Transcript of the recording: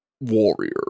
Warrior